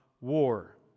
war